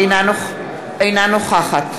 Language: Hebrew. אינה נוכחת